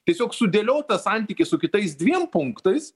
tiesiog sudėliotas santykis su kitais dviem punktais